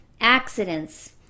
accidents